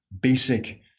basic